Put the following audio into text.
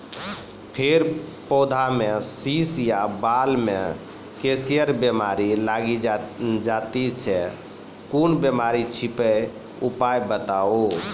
फेर पौधामें शीश या बाल मे करियर बिमारी लागि जाति छै कून बिमारी छियै, उपाय बताऊ?